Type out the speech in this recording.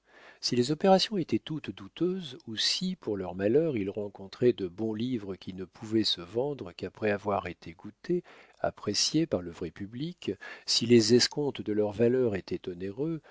si les opérations étaient toutes douteuses ou si pour leur malheur ils rencontraient de bons livres qui ne pouvaient se vendre qu'après avoir été goûtés appréciés par le vrai public si les escomptes de leurs valeurs étaient onéreux